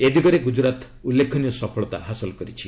ଏ ଦିଗରେ ଗୁଜରାତ ଉଲ୍ଲେଖନୀୟ ସଫଳତା ହାସଲ କରିଛି